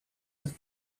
have